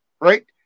right